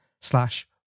slash